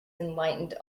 enlightened